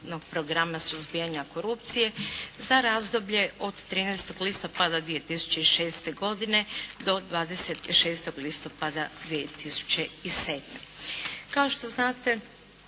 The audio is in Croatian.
programa suzbijanja korupcije za razdoblje od 13. listopada 2006. godine do 26. listopada 2007. Kao što znate